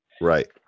Right